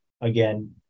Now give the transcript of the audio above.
again